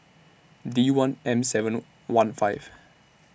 D one M seven one five